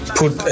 put